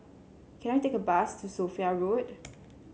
can I take a bus to Sophia Road